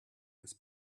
his